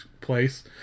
place